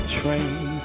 train